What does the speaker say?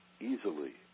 easily